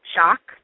Shock